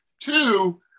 two